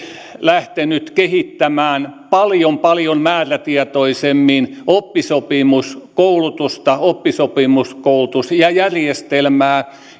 lähtenyt kehittämään paljon paljon määrätietoisemmin oppisopimuskoulutusta oppisopimuskoulutusjärjestelmää